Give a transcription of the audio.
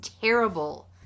terrible